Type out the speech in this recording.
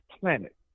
planet